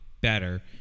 better